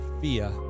fear